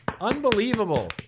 unbelievable